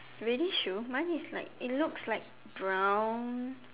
really shoe mine is like it looks like brown